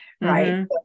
right